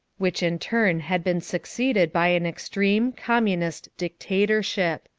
which in turn had been succeeded by an extreme, communist dictatorship.